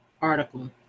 article